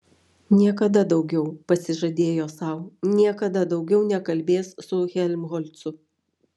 niekada daugiau pasižadėjo sau niekada daugiau nesikalbės su helmholcu